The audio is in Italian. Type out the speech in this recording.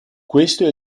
questo